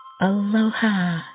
Aloha